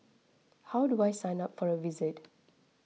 how do I sign up for a visit